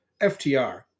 FTR